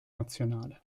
nazionale